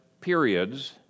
periods